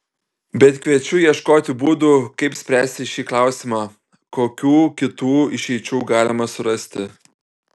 bet kviečiu ieškoti būdų kaip spręsti šį klausimą kokių kitų išeičių galima surasti